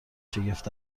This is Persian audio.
شگفت